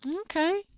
Okay